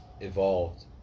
evolved